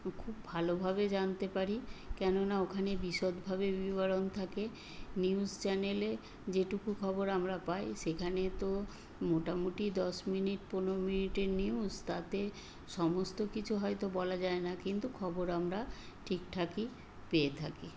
খুব ভালোভাবে জানতে পারি কেননা ওখানে বিশদভাবে বিবরণ থাকে নিউজ চ্যানেলে যেটুকু খবর আমরা পাই সেখানে তো মোটামুটি দশ মিনিট পনেরো মিনিটের নিউজ তাতে সমস্ত কিছু হয়তো বলা যায় না কিন্তু খবর আমরা ঠিকঠাকই পেয়ে থাকি